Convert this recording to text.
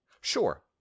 Sure